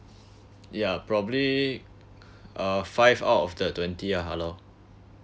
ya probably uh five out of the twenty ya hello